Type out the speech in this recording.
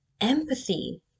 empathy